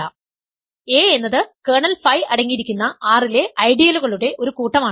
A എന്നത് kernel phi അടങ്ങിയിരിക്കുന്ന R ലെ ഐഡിയലുകളുടെ ഒരു കൂട്ടമാണ്